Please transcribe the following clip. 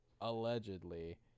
allegedly